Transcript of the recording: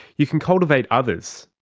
you can cultivate others.